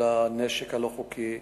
הנשק הלא-חוקי,